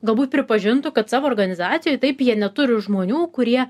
galbūt pripažintų kad savo organizacijoj taip jie neturi žmonių kurie